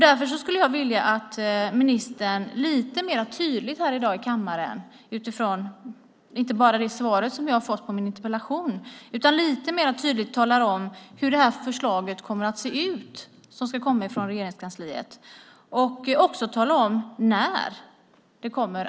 Därför skulle jag vilja att ministern här i kammaren i dag, inte bara utifrån det svar som jag har fått på min interpellation utan lite mer tydligt, talar om hur det förslag som ska komma från Regeringskansliet kommer att se ut och också talar om när det kommer.